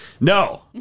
no